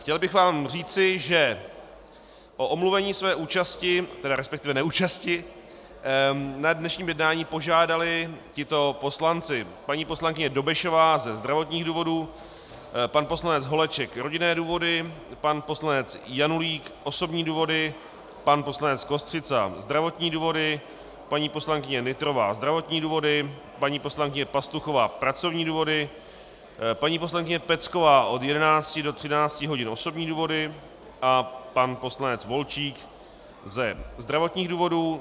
Chtěl bych vám říci, že omluvení své neúčasti na dnešním jednání požádali tito poslanci: paní poslankyně Dobešová ze zdravotních důvodů, pan poslanec Holeček rodinné důvody, pan poslanec Janulík osobní důvody, pan poslanec Kostřica zdravotní důvody, paní poslankyně Nytrová zdravotní důvody, paní poslankyně Pastuchová pracovní důvody, paní poslankyně Pecková od 11 do 13 hodin osobní důvody, pan poslanec Volčík ze zdravotních důvodů.